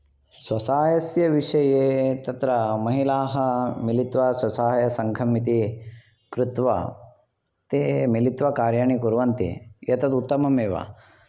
स्वसहायस्य विषये तत्र महिलाः मिलित्वा स्वसहायसङ्घम् इति कृत्वा ते मिलित्वा कार्याणि कुर्वन्ति एतत् उत्तमम् एव